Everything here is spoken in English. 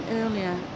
earlier